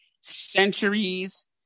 centuries